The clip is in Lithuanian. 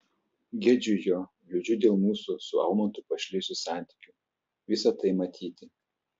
gedžiu jo liūdžiu dėl mūsų su almantu pašlijusių santykių visa tai matyti